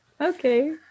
Okay